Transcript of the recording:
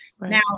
Now